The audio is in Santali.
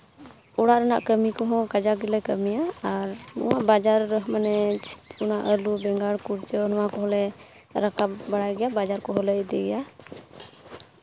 ᱚᱲᱟᱜ ᱨᱮᱱᱟᱜ ᱠᱟᱹᱢᱤ ᱠᱚᱦᱚᱸ ᱠᱟᱡᱟᱠ ᱜᱮᱞᱮ ᱠᱟᱹᱢᱤᱭᱟ ᱟᱨ ᱱᱚᱣᱟ ᱵᱟᱡᱟᱨ ᱨᱮ ᱢᱟᱱᱮ ᱚᱱᱟ ᱟᱞᱩ ᱵᱮᱸᱜᱟᱬ ᱠᱩᱲᱪᱟᱹ ᱱᱚᱣᱟ ᱠᱚᱦᱚᱸ ᱞᱮ ᱨᱟᱠᱟᱵᱽ ᱵᱟᱲᱟᱭ ᱜᱮᱭᱟ ᱵᱟᱡᱟᱨ ᱠᱚᱦᱚᱸᱞᱮ ᱤᱫᱤᱭ ᱜᱮᱭᱟ